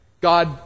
God